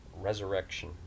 Resurrection